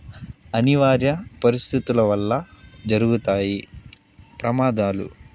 అనివార్య పరిస్థితుల వల్ల జరుగుతాయి ప్రమాదాలు